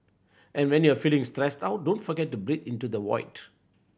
and when you are feeling stressed out don't forget to breathe into the void